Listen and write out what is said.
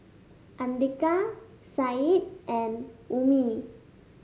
Andika Said and Ummi